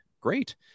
Great